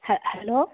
ହଁ ହ୍ୟାଲୋ